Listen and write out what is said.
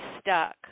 stuck